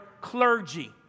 clergy